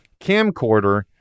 camcorder